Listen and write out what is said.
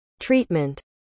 treatment